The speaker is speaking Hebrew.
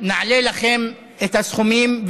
נעלה לכם את